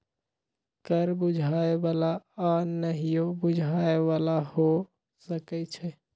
कर बुझाय बला आऽ नहियो बुझाय बला हो सकै छइ